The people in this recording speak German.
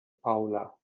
paula